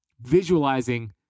visualizing